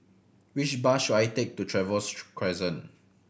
which bus should I take to Trevose Crescent